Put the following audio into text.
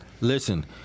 Listen